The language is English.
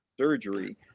surgery